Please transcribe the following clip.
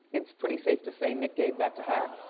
it's pretty safe to say nick gave that to her.